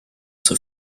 zur